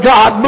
God